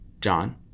John